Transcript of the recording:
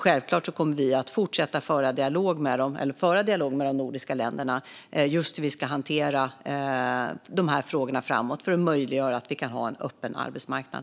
Självklart kommer vi att fortsätta föra dialog med de andra nordiska länderna om hur vi ska hantera de här frågorna framåt för att möjliggöra att ha en öppen arbetsmarknad.